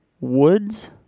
Woods